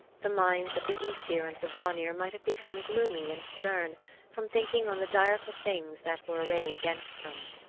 the minds of the aesir and the vanir might have become gloomy and stern from thinking on the direful things that were arrayed against them.